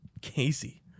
Casey